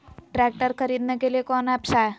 Tractor खरीदने के लिए कौन ऐप्स हाय?